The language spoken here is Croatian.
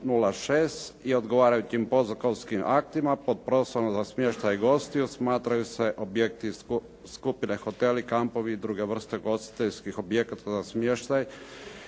i odgovarajućim podzakonskim aktima. Pod prostorom za smještaj gostiju smatraju se objekti skupine, hoteli, kampovi i druge vrste ugostiteljskih objekata smještaj.